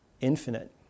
infinite